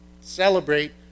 celebrate